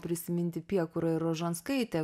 prisiminti piekurą ir rožanskaitę